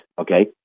okay